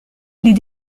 les